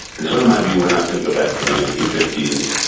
it's in my view we're not going to go back to the nineteen fifty s.